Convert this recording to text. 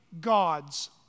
God's